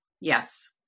Yes